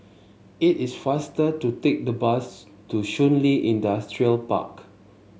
it is faster to take the bus to Shun Li Industrial Park